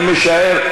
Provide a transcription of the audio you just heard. אני משער,